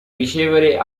ricevere